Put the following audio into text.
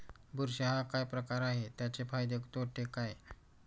बुरशी हा काय प्रकार आहे, त्याचे फायदे तोटे काय?